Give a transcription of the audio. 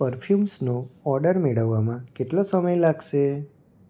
પરફ્યુમ્સનો order મેળવવામાં કેટલો સમય લાગશે